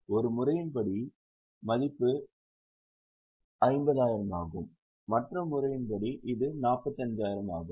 ஒரு முறையின்படி மதிப்பு 50000 ஆகும் மற்ற முறையின்படி இது 45000 ஆகும்